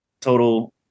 total